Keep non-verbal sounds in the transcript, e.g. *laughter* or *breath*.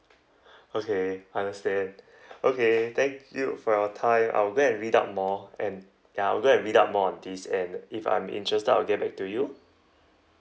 *breath* okay understand *breath* okay thank you for your time I'll go and read up more and ya I'll go and read up more on these and if I'm interested I'll get back to you